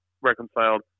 reconciled